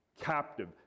captive